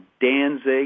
Danzig